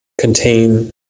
contain